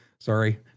Sorry